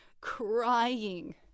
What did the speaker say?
crying